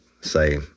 say